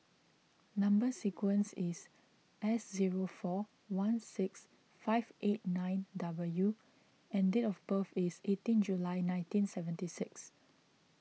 Number Sequence is S zero four one six five eight nine W and date of birth is eighteen July nineteen seventy six